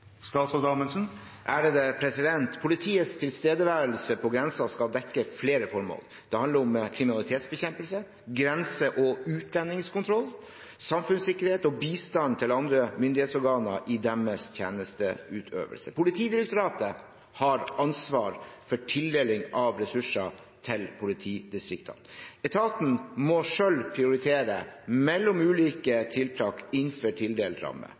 Politiets tilstedeværelse på grensen skal dekke flere formål. Det handler om kriminalitetsbekjempelse, grense- og utlendingskontroll, samfunnssikkerhet og bistand til andre myndighetsorganer i deres tjenesteutøvelse. Politidirektoratet har ansvar for tildeling av ressurser til politidistriktene. Etaten må selv prioritere mellom ulike tiltak innenfor tildelt ramme,